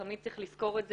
תמיד צריך לזכור את זה,